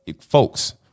folks